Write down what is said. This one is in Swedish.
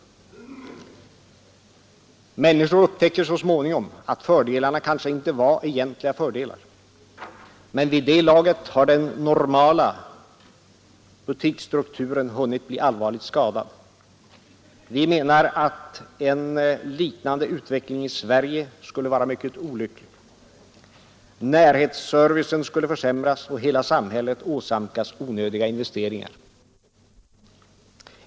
Människor upptäcker så småningom att fördelarna kanske inte var egentliga fördelar. Men vid det laget har den ”normala” butiksstrukturen hunnit bli allvarligt skadad. Vi menar att en liknande utveckling i Sverige skulle vara mycket olycklig. Närhetsservicen skulle försämras och hela samhället åsamkas onödiga investeringar.